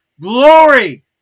glory